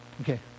Okay